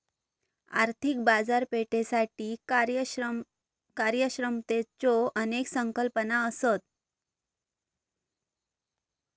आर्थिक बाजारपेठेसाठी कार्यक्षमतेच्यो अनेक संकल्पना असत